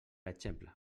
exemple